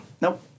nope